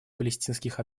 палестинских